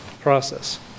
process